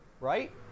right